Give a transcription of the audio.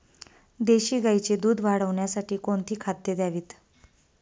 देशी गाईचे दूध वाढवण्यासाठी कोणती खाद्ये द्यावीत?